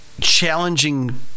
challenging